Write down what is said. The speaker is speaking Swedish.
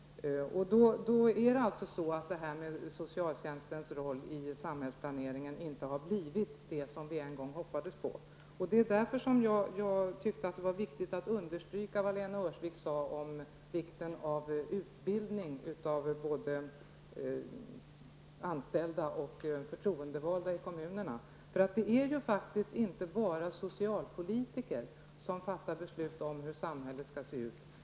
Socialtjänstens roll i samhällsplaneringen har inte blivit det som vi en gång hoppades på. Det är därför jag tyckte att det var viktigt att understryka det Lena Öhrsvik sade om vikten av utbildning av både anställda och förtroendevalda i kommunerna. Det är inte bara socialpolitiker som fattar beslut om hur samhället skall se ut.